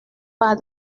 pas